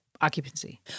occupancy